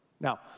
Now